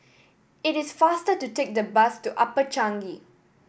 it is faster to take the bus to Upper Changi